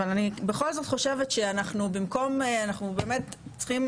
אבל אני בכל זאת חושבת שאנחנו באמת צריכים